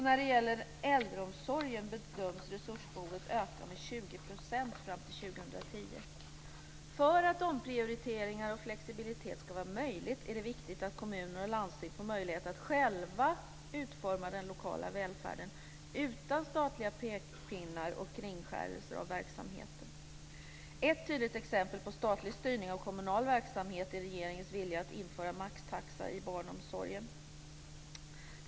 När det gäller äldreomsorgen bedöms resursbehovet öka med 20 % fram till 2010. För att omprioriteringar och flexibilitet ska vara möjligt är det viktigt att kommuner och landsting får möjlighet att själva utforma den lokala välfärden utan statliga pekpinnar och försök att kringskära verksamheten. Ett tydligt exempel på statlig styrning av kommunal verksamhet är regeringens vilja att införa maxtaxa i barnomsorgen.